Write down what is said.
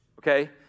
Okay